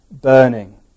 burning